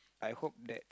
I hope that